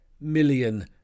million